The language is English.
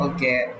Okay